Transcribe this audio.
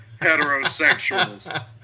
heterosexuals